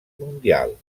mundial